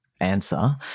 answer